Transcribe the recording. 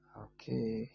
Okay